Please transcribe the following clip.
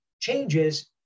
changes